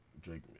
Drake